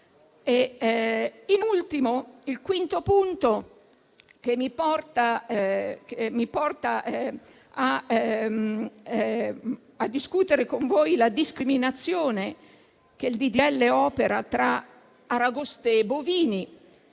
In ultimo, il quinto punto che mi porta a discutere con voi è la discriminazione che il disegno di legge opera tra aragoste e bovini: